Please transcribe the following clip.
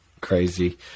crazy